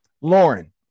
lauren